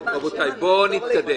בואו נתקדם.